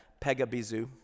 Pegabizu